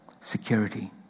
security